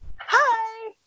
Hi